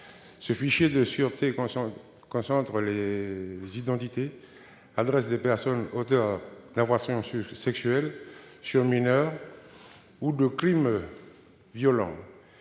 Ce fichier de sûreté contient les identités et les adresses des auteurs d'infractions sexuelles sur mineurs ou de crimes violents.